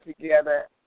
together